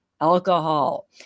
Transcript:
alcohol